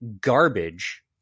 garbage